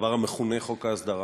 הדבר המכונה "חוק ההסדרה",